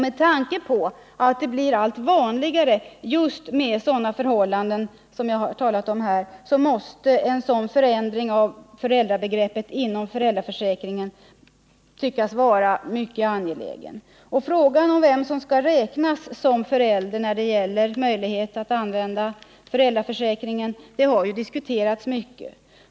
Med tanke på att det blir allt vanligare med just sådana förhållanden som jag här har talat om måste en sådan förändring av föräldrabegreppet inom föräldraförsäkringen betraktas som mycket angelägen. Frågan om vem som skall räknas som förälder när det gäller möjlighet att utnyttja föräldraförsäkringen har ju diskuterats mycket.